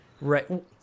Right